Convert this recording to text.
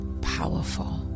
powerful